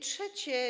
Trzecie.